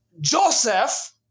Joseph